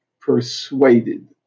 persuaded